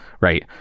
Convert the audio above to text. right